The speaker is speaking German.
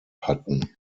hatten